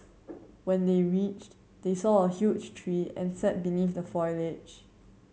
when they reached they saw a huge tree and sat beneath the foliage